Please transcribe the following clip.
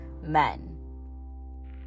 men